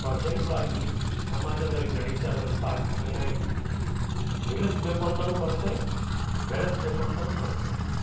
ಪ್ರಜೆಂಟ್ವಾಗಿ ಸಮಾಜದಲ್ಲಿ ನಡಿತಾ ಇರುವಂಥ ಘಟನೆ ನಿಲ್ಲಸ್ಬೇಕು ಅಂತಲೂ ಬರುತ್ತೆ ಬೆಳೆಸಬೇಕು ಅಂತಲೂ ಬರುತ್ತೆ